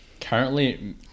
currently